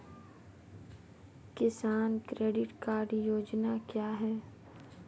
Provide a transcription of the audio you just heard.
किसान credit card योजना क्या है?